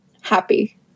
happy